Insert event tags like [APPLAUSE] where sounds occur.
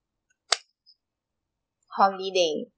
[NOISE] holiday